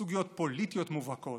סוגיות פוליטיות מובהקות,